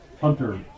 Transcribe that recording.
Hunter